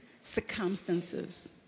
circumstances